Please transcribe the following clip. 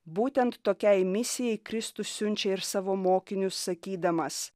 būtent tokiai misijai kristus siunčia ir savo mokinius sakydamas